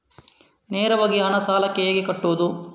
ನೇರವಾಗಿ ಹಣ ಸಾಲಕ್ಕೆ ಹೇಗೆ ಕಟ್ಟುವುದು?